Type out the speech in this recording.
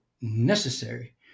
necessary